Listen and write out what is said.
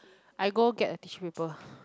I go get a tissue paper